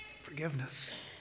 Forgiveness